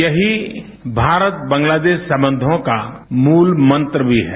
यही भारत बांग्लादेश संबंध का मूल मंत्र भी है